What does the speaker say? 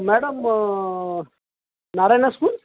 madam Narayana आय school